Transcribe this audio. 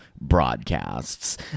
broadcasts